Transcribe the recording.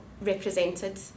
represented